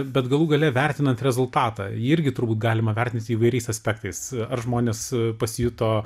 bet galų gale vertinant rezultatą jį irgi turbūt galima vertinti įvairiais aspektais ar žmonės pasijuto